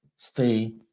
Stay